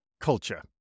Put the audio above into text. Culture